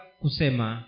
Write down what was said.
kusema